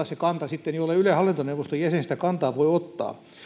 se kanta jollei ylen hallintoneuvoston jäsen sitä kantaa voi ottaa